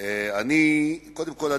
קודם כול,